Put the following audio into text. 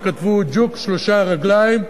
וכתבו: ג'וק שלוש רגליים,